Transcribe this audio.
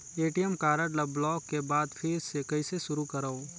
ATM card ल block के बाद फिर ले कइसे शुरू करव?